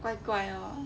怪怪 lor